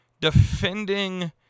defending